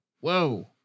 whoa